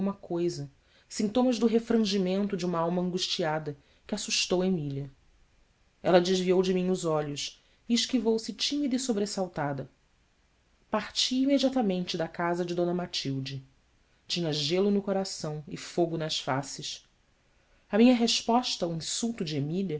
coisa sintomas do refrangimento de uma alma angustiada que assustou emília ela desviou de mim os olhos e esquivou-se tímida e sobressaltada parti imediatamente da casa de d matilde tinha gelo no coração e fogo nas faces a minha resposta ao insulto de